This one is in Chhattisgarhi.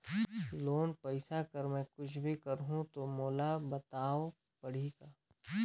लोन पइसा कर मै कुछ भी करहु तो मोला बताव पड़ही का?